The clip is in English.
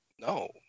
no